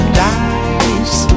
dice